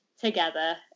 together